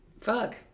Fuck